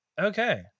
Okay